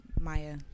Maya